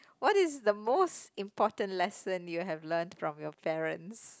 what it's the most important lesson you have learnt from your parents